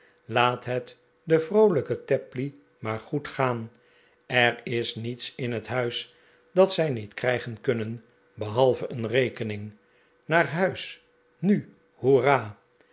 laat het de vroolijke tapley maar goed gaan er is niets in het huis dat zij niet krijgen kunnen behalve een rekening naar huis nu hoera